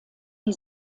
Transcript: die